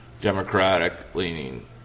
Democratic-leaning